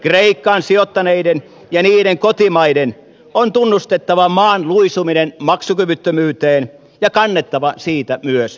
kreikkaan sijoittaneiden ja niiden kotimaiden on tunnustettava maan luisuminen maksukyvyttömyyteen ja kannettava siitä myös vastuu